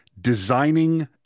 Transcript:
designing